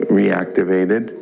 reactivated